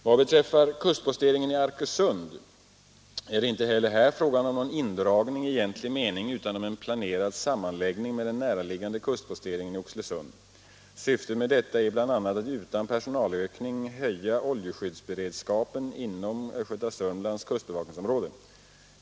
Vad beträffar kustposteringen i Arkösund är det inte heller här fråga om någon indragning i egentlig mening utan om en planerad sammanläggning med den näraliggande kustposteringen i Oxelösund. Syftet med detta är bl.a. att utan personalökning höja oljeskyddsberedskapen inom Östgöta-Sörmlands kustbevakningsområde.